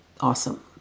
awesome